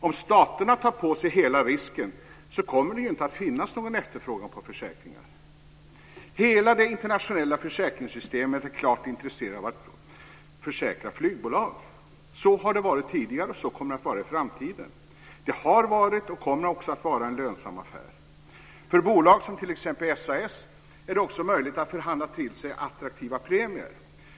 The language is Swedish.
Om staterna tar på sig hela risken kommer det inte att finnas någon efterfrågan på försäkringar. Inom hela det internationella försäkringssystemet är man klart intresserade av att försäkra flygbolag. Så har det varit tidigare och så kommer det att vara i framtiden. Det har varit, och kommer också att vara, en lönsam affär. För bolag som SAS är det också möjligt att förhandla till sig attraktiva premier.